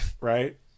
Right